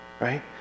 right